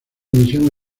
misión